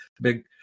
big